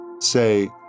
say